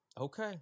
Okay